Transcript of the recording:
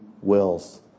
wills